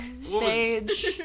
stage